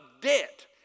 debt